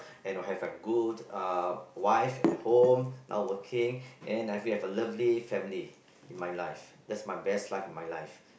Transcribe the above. and I have a good uh wife at home not working and we have a lovely family in my life that's my best life in my life